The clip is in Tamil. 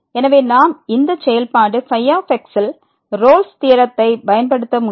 எனவே நாம் இந்த செயல்பாடு ϕ ல் ரோல்ஸ் தியரத்தை பயன்படுத்த முடியும்